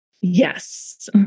Yes